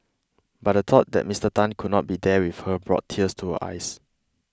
but the thought that Mister Tan could not be there with her brought tears to her eyes